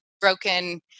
broken